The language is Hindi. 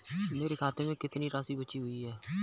मेरे खाते में कितनी राशि बची हुई है?